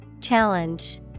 Challenge